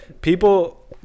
people